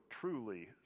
truly